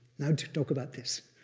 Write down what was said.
not talk about this.